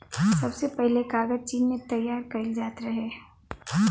सबसे पहिले कागज चीन में तइयार कइल जात रहे